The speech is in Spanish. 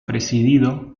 presidido